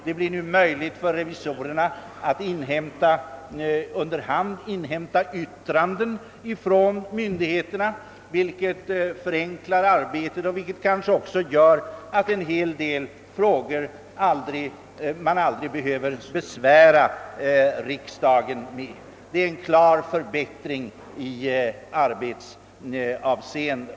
Det blir nu möjligt för revisorerna att under hand inhämta yttranden från myndigheterna, vilket förenklar arbetet och kanske också gör att riksdagen vid en hel del frågor aldrig behöver besväras. Detta innebär en klar förbättring i arbetsavseende.